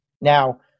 Now